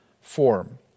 form